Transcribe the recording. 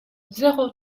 zéro